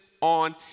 on